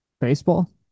baseball